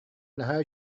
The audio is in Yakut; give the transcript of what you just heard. наһаа